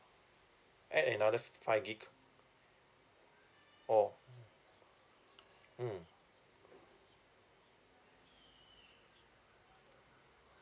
add another five gb oh mm